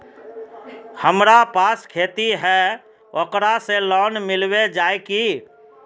हमरा पास खेती है ओकरा से लोन मिलबे जाए की?